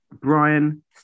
Brian